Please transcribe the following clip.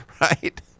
right